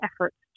efforts